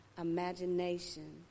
imagination